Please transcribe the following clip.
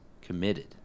committed